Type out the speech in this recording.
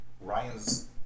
Ryan's